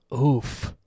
oof